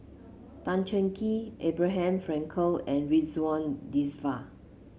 Tan Cheng Kee Abraham Frankel and Ridzwan Dzafir